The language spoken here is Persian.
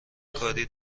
کاری